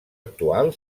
actual